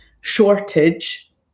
shortage